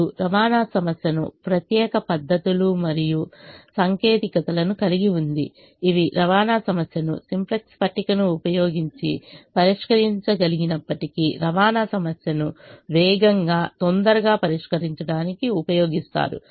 ఇప్పుడు రవాణా సమస్య ప్రత్యేక పద్ధతులు మరియు సాంకేతికతలను కలిగి ఉంది ఇవి రవాణా సమస్యను సింప్లెక్స్ పట్టికను ఉపయోగించి పరిష్కరించగలిగినప్పటికీ సింప్లెక్స్ పట్టికను ఉపయోగించి పరిష్కరించగలిగినప్పటికీ రవాణా సమస్యను వేగంగా తొందరగా పరిష్కరించడానికి ఉపయోగిస్తారు